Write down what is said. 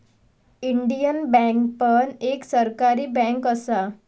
Indian bank पण एक सरकारी बँक असा